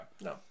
No